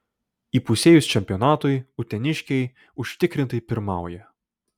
įpusėjus čempionatui uteniškiai užtikrintai pirmauja